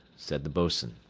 said the boatswain.